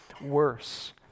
worse